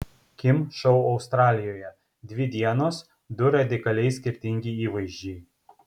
kim šou australijoje dvi dienos du radikaliai skirtingi įvaizdžiai